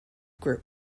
group